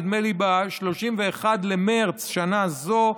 נדמה לי שב-31 במרץ בשנה זו,